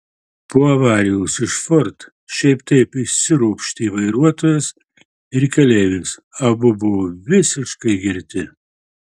po avarijos iš ford šiaip taip išsiropštė vairuotojas ir keleivis abu buvo visiškai girti